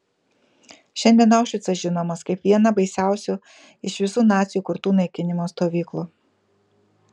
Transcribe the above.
šiandien aušvicas žinomas kaip viena baisiausių iš visų nacių įkurtų naikinimo stovyklų